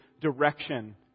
direction